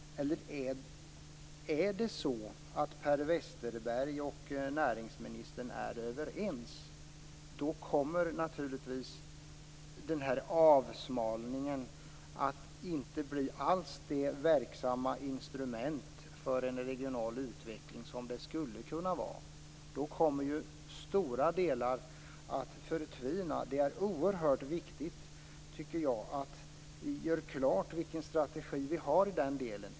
Eller är det så att Per Westerberg och näringsministern är överens? Då kommer den här avsmalningen naturligtvis inte alls att bli det verksamma instrument för en regional utveckling som den skulle kunna vara. Då kommer ju stora delar att förtvina. Det är oerhört viktigt, tycker jag, att vi gör klart för oss vilken strategi vi har i den delen.